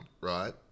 right